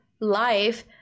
life